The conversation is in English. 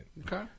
Okay